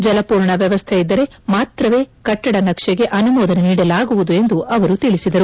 ಜಲ ಪೂರಣ ವ್ಯವಸ್ಥೆ ಇದ್ದರೆ ಮಾತ್ರವೇ ಕಟ್ಟಡ ನಕ್ಷೆಗೆ ಅನುಮೋದನೆ ನೀಡಲಾಗುವುದು ಎಂದು ಅವರು ತಿಳಿಸಿದರು